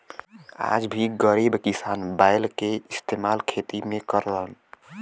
आज भी गरीब किसान बैल के इस्तेमाल खेती में करलन